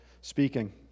speaking